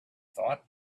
thought